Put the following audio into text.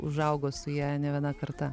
užaugo su ja ne viena karta